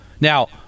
Now